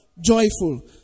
Joyful